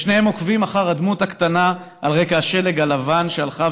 ושניהם עוקבים אחר הדמות הקטנה על רקע השלג הלבן שהלכה